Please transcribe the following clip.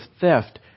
theft